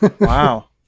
Wow